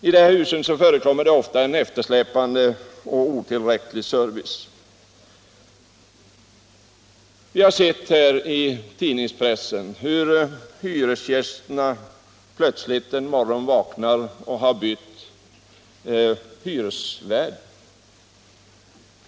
I sådana hus är det vanligt att servicen släpar efter och är otillräcklig. I tidningspressen kan vi läsa om hur hyresgäster vaknar en morgon och har ny hyresvärd.